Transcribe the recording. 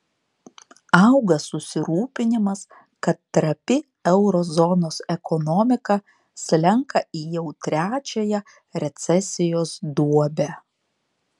auga susirūpinimas kad trapi euro zonos ekonomika slenka į jau trečiąją recesijos duobę